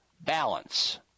Balance